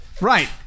Right